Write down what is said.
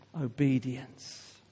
obedience